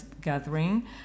gathering